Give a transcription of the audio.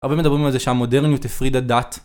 הרבה מדברים על זה שהמודרניות הפרידת דת